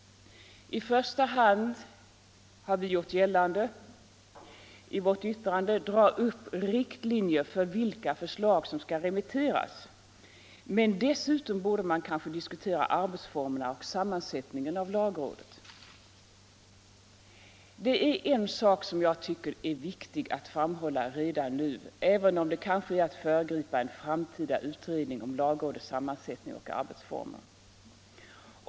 Jo, i första hand — har vi gjort gällande i vårt yttrande — dra upp riktlinjer för vilka förslag som skall remitteras. Men dessutom borde man kanske diskutera arbetsformerna och sammansättningen av lagrådet. Det är en sak som jag tycker är viktig att framhålla redan nu, även om det kanske är att föregripa en framtida utredning om lagrådets sam mansättning och arbetsformer.